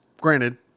Granted